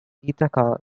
ithaca